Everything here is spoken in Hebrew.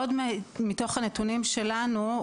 עוד מתוך הנתונים שלנו,